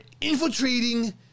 infiltrating